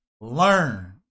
learn